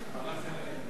תודה.